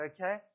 Okay